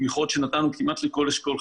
תמיכות שנתנו כמעט לכל אשכול,